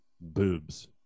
boobs